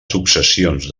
successions